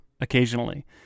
occasionally